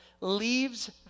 leaves